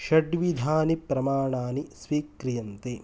षड्विधानि प्रमाणानि स्वीक्रियन्ते